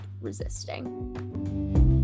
resisting